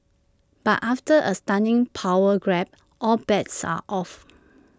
but after A stunning power grab all bets are off